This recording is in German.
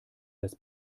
das